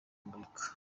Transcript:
murika